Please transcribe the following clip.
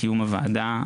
הוועדה,